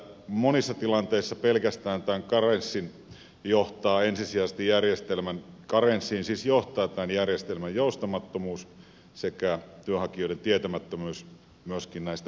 monissa tilanteissa pelkästään koroisiin johtaa ensisijaisesti järjestelmä karenssiin siis johtaa tämän järjestelmän joustamattomuus sekä työnhakijoiden tietämättömyys myöskin näistä yksityiskohdista